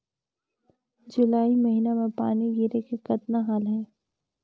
जुलाई महीना म पानी गिरे के कतना हाल हे?